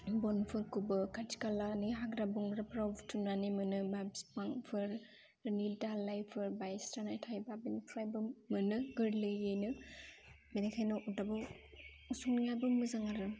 बनफोरखौबो खाथि खालानि हाग्रा बंग्राफोराव बुथुमनानै मोनो बा बिफांफोर फोरनि दालायफोर बायस्रानाय थायोब्ला बिनिफ्रायबो मोनो गोरलैयैनो बेनिखायनो अरदाबाव संनायाबो मोजां आरो